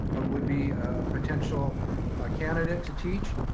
would be potential candidate to teach,